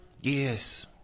Yes